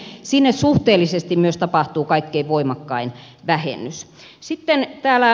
siellä suhteellisesti myös tapahtuu kaikkein voimakkain vähennys